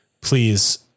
please